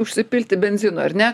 užsipilti benzino ar ne